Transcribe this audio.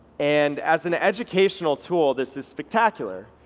and as an educational tool, this is spectacular.